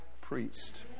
priest